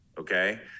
Okay